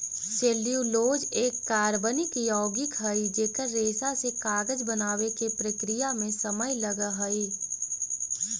cellulose एक कार्बनिक यौगिक हई जेकर रेशा से कागज बनावे के प्रक्रिया में समय लगऽ हई